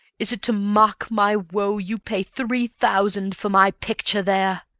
is it to mock my woe you pay three thousand for my picture there.